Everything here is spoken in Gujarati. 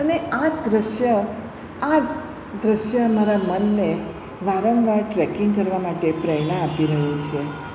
અને આ જ દૃશ્ય આ જ દૃશ્ય મારા મનને વારંવાર ટ્રેકિંગ કરવા માટે પ્રેરણા આપી રહ્યું છે